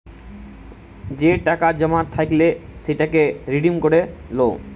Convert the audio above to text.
যে টাকা জমা থাইকলে সেটাকে রিডিম করে লো